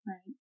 Right